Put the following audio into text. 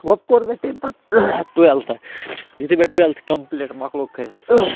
وَپ کوٚر مےٚ تَمہِ پَتہٕ ٹُوٮ۪لتھ یُتھُے مےٚ ٹُوٮ۪لتھ کَمپٕلیٖٹ مَکلو کٔرِتھ